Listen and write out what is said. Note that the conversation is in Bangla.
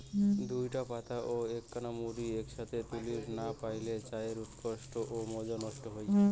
দুইটা পাতা ও এ্যাকনা কুড়ি এ্যাকসথে তুলির না পাইলে চায়ের উৎকর্ষ ও মজা নষ্ট হই